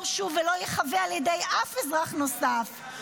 שוב ולא ייחווה על ידי אף אזרח נוסף.